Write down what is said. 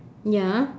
ya